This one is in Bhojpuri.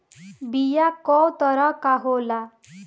बीया कव तरह क होला?